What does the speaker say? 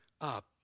up